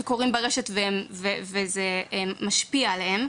שקורים ברשת וגם זה משפיע עליהם.